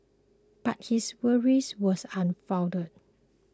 but his worries were unfounded